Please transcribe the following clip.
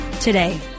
today